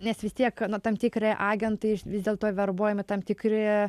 nes vis tiek nu tam tikri agentai vis dėl to verbuojami tam tikri